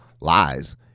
lies